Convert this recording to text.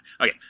Okay